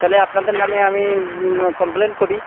তালে আপনাদের নামে আমি কমপ্লেন করি